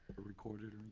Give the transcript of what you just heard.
recorded and